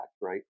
right